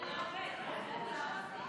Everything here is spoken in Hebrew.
ההצעה להעביר את הצעת חוק המאבק בכלי הנשק